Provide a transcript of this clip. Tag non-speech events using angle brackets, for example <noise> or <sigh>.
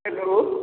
<unintelligible>